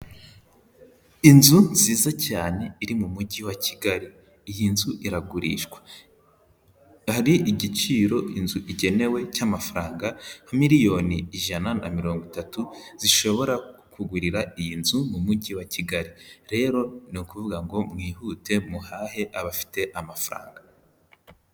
Inzu nziza cyane iri mu mujyi wa Kigali, iyi nzu iragurishwa, hari igiciro inzu igenewe cy'amafaranga miliyoni ijana na mirongo itatu, zishobora kukugurira iyi nzu mu mujyi wa Kigali, rero ni ukuvuga ngo mwihute muhahe abafite amafaranga.